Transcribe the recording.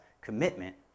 commitment